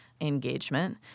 engagement